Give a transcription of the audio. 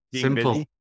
Simple